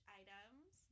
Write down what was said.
items